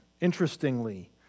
Interestingly